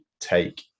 take